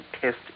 test